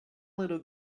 little